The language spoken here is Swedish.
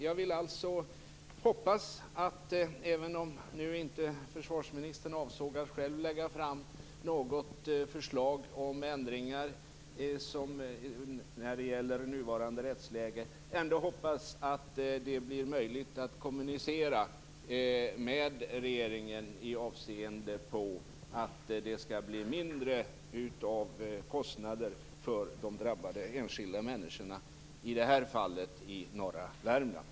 Även om försvarsministern nu inte avsåg att själv lägga fram något förslag om ändringar när det gäller nuvarande rättsläge vill jag ändå hoppas att det blir möjligt att kommunicera med regeringen i avseende på att det skall bli mindre kostnader för de drabbade enskilda människorna, i det här fallet i norra Värmland.